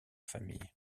famille